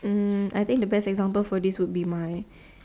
um I think the best example for this would be my